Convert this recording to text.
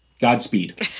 Godspeed